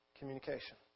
Communication